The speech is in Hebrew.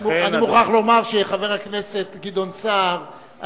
אני מוכרח לומר שחבר הכנסת גדעון סער,